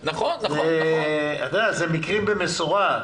אלה מקרים במשורה.